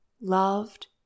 loved